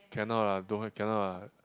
cannot lah don't cannot ah